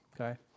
Okay